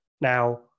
Now